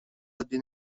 عادی